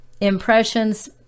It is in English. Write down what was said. impressions